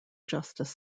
justice